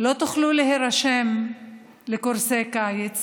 לא תוכלו להירשם לקורסי קיץ